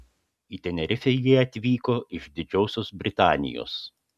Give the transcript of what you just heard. į tenerifę jie atvyko iš didžiosios britanijos